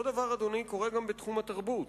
אותו דבר, אדוני, קורה גם בתחום התרבות.